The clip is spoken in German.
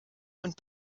und